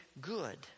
good